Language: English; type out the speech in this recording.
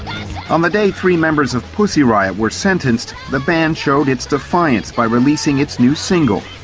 on the day three members of pussy riot were sentenced, the band showed its defiance by releasing its new single,